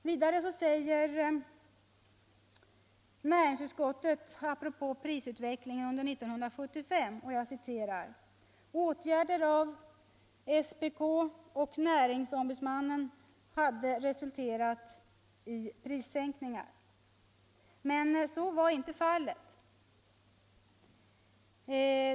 Vidare säger näringsutskottet apropå prisutvecklingen under 1975: ” Åt gärder av statens prisoch kartellnämnd och näringsfrihetsombudsmannen hade resulterat i prissänkningar.” Men så var inte fallet.